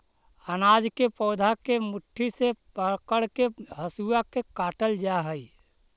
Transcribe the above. अनाज के पौधा के मुट्ठी से पकड़के हसुआ से काटल जा हई